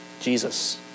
Jesus